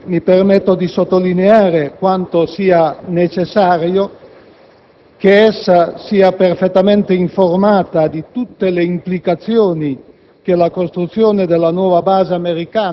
Mi pare perciò doveroso richiamare l'attenzione sulla necessità di essere estremamente attenti alla volontà e alle esigenze della popolazione vicentina.